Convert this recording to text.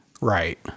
right